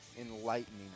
enlightening